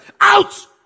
out